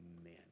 amen